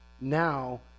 now